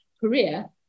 career